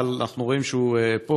אבל אנחנו רואים שהוא פה.